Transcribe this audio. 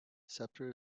sceptre